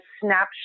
snapshot